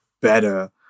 better